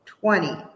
Twenty